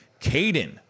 caden